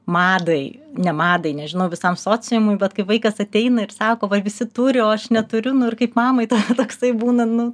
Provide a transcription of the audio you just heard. madai ne madai nežinau visam sociumui bet kai vaikas ateina ir sako va visi turi o aš neturiu nu ir kaip mamai ta toksai būna nu